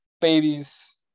babies